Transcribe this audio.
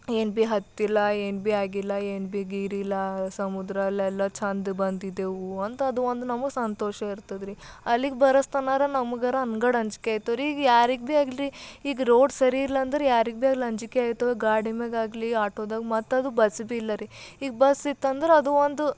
ಏನೂ ಬಿ ಹತ್ತಿಲ್ಲ ಏನೂ ಬಿ ಆಗಿಲ್ಲ ಏನೂ ಬಿ ಗೀರಿಲ್ಲ ಸಮುದ್ರ ಅಲ್ಲೆಲ್ಲ ಚಂದ ಬಂದಿದ್ದೆವು ಅಂತ ಅದು ಒಂದು ನಮಗ್ ಸಂತೋಷ ಇರ್ತದೆ ರೀ ಅಲ್ಲಿಗೆ ಬರಸ್ತನಾರ ನಮ್ಗ ಅನ್ಗಡ್ ಅಂಜಿಕೆ ಆಗ್ತವ್ ರೀ ಈಗ ಯಾರಿಗೆ ಬಿ ಆಗಲಿ ಈಗ ರೋಡ್ ಸರಿ ಇಲ್ಲ ಅಂದ್ರೆ ಯಾರಿಗೆ ಬಿ ಅಲ್ಲಿ ಅಂಜಿಕೆ ಆಗ್ತವ್ ಗಾಡಿಮೇಲ್ ಆಗಲಿ ಆಟೋದಾಗೆ ಮತ್ತು ಅದು ಬಸ್ ಬಿ ಇಲ್ಲ ರೀ ಈಗ ಬಸ್ ಇತ್ತು ಅಂದ್ರೆ ಅದು ಒಂದು